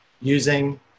using